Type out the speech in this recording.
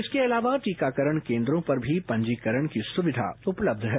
इसके अलावा टीकाकरण केन्द्रों पर भी पंजीकरण की सुविया उपलब्ध है